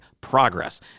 progress